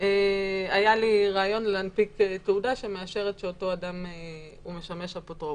היה לי רעיון להנפיק תעודה שמאשרת שאותו אדם משמש אפוטרופוס,